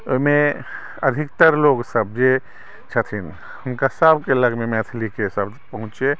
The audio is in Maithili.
ओहिमे अधिकतर लोक सभ जे छथिन हुनका सभके लगमे मैथिलीके शब्द पहुँचै